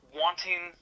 wanting